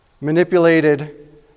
manipulated